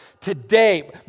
today